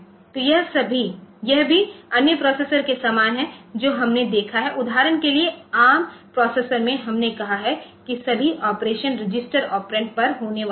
तो यह भी अन्य प्रोसेसर के समान है जो हमने देखा है उदाहरण के लिए एआरएम प्रोसेसर में हमने कहा है कि सभी ऑपरेशन रजिस्टर ऑपरेंडपर होने वाले है